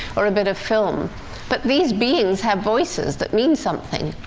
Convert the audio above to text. or a bit of film but these beings have voices that mean something.